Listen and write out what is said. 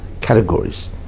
categories